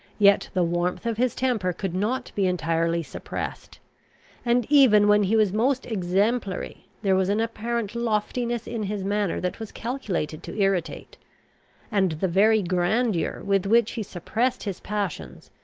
yet the warmth of his temper could not be entirely suppressed and even when he was most exemplary, there was an apparent loftiness in his manner that was calculated to irritate and the very grandeur with which he suppressed his passions,